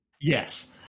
yes